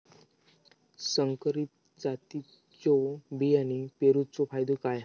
संकरित जातींच्यो बियाणी पेरूचो फायदो काय?